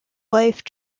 life